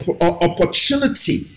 opportunity